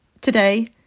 today